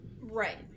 Right